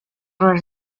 les